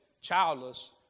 childless